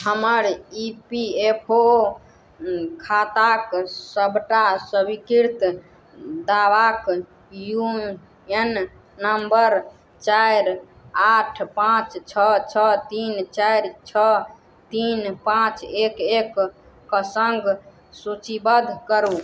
हमर E P F O खाताक सबटा स्वीकृत दावाक यू ए एन नम्बर चारि आठ पाँच छओ छओ तीन चारि छओ तीन पाँच एक एकके सङ्ग सूचिबद्ध करू